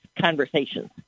conversations